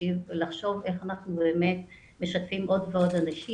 ולחשוב איך אנחנו באמת משתפים עוד ועוד אנשים.